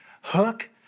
hook